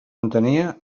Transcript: entenia